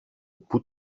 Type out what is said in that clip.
πού